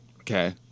Okay